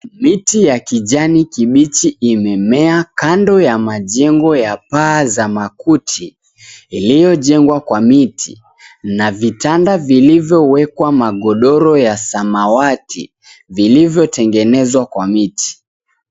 Miti ya kijani kibichi imemea kando ya majengo ya paa za makuti, iliyojengwa kwa miti na vitanda vilivyowekwa magodoro ya samawati, vilivyotengenezwa kwa miti.